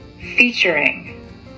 featuring